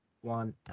one